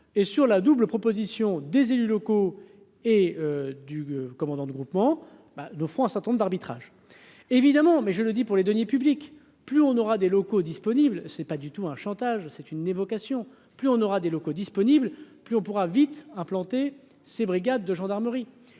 et sur la double proposition des élus locaux et du commandant de groupement bah, nous ferons un certain nombre d'arbitrage. évidemment, mais je le dis pour les deniers publics, plus on aura des locaux disponibles, ce n'est pas du tout un chantage, c'est une évocation plus on aura des locaux disponibles, plus on pourra vite implanter ces brigades de gendarmerie